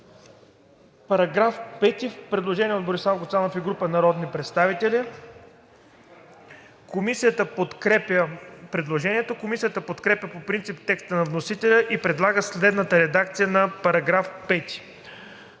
По § 5 има предложение от Борислав Гуцанов и група народни представители. Комисията подкрепя предложението. Комисията подкрепя по принцип текста на вносителя и предлага следната редакция за § 5: „§ 5.